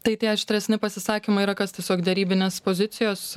tai tie aštresni pasisakymai yra kas tiesiog derybinės pozicijos